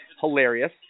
hilarious